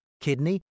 kidney